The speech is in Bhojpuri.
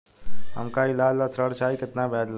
हमका ईलाज ला ऋण चाही केतना ब्याज लागी?